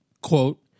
Quote